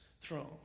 throne